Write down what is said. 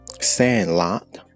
Sandlot